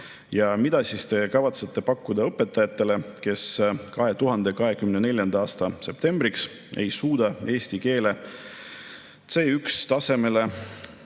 mida kavatsete pakkuda õpetajatele, kes 2024. aasta septembriks ei suuda eesti keele C1‑taseme